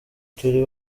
turi